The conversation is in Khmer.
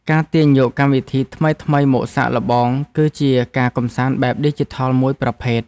ការទាញយកកម្មវិធីថ្មីៗមកសាកល្បង គឺជាការកម្សាន្តបែបឌីជីថលមួយប្រភេទ។